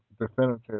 definitive